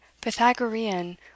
Pythagorean